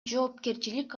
жоопкерчилик